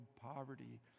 poverty